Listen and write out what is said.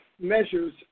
measures